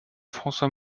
françois